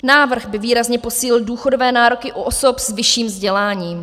Návrh by výrazně posílil důchodové nároky u osob s vyšším vzděláním.